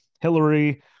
Hillary